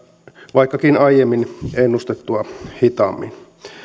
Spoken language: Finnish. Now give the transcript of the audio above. vaikkakin aiemmin ennustettua hitaammin